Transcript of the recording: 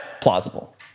plausible